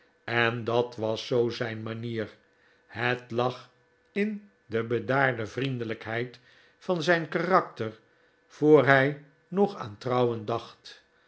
en dat was zoo zijn manier het lag in de bedaarde vriendelijkheid van zijn karakter voor hij nog aan trouwen dacht